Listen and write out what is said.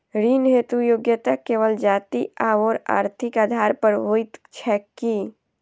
ऋण हेतु योग्यता केवल जाति आओर आर्थिक आधार पर होइत छैक की?